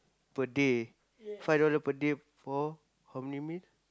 per day five dollar per day for how many meal